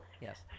Yes